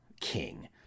king